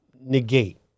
negate